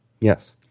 yes